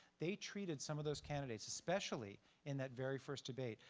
they treated some of those candidates, especially in that very first debate,